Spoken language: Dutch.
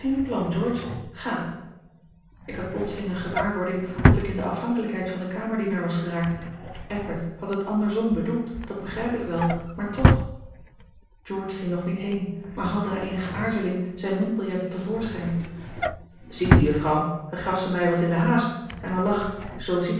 george ga ik had plotseling eene a l g bosboom-toussaint langs een omweg gewaarwording of ik in de afhanklijkheid van den kamerdienaar was geraakt eckbert had het andersom bedoeld dat begrijp ik wel maar toch george ging nog niet heen maar haalde na eenige aarzeling zijne muntbiljetten te voorschijn ziet u juffrouw hij gaf ze mij wat in de haast en er lag